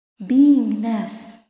beingness